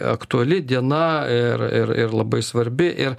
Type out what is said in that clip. aktuali diena ir ir ir labai svarbi ir